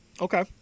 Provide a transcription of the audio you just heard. Okay